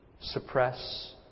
suppress